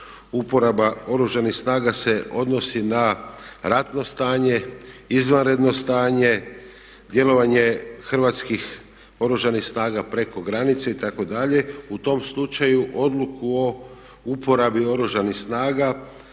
Uporaba Oružanih snaga se odnosi na ratno stanje, izvanredno stanje, djelovanje hrvatskih Oružanih snaga preko granice itd. U tom slučaju odluku o uporabi Oružanih snaga